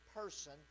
person